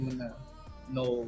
no